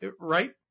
right